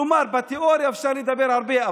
כלומר בתיאוריה אפשר לדבר הרבה,